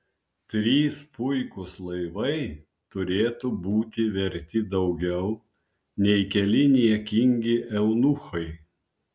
trys puikūs laivai turėtų būti verti daugiau nei keli niekingi eunuchai